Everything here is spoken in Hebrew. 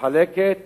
מחלקת